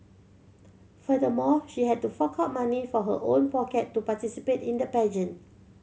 furthermore she had to fork out money from her own pocket to participate in the pageant